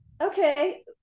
okay